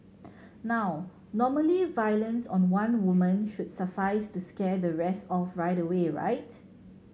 now normally violence on one woman should suffice to scare the rest off right away right